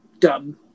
Dumb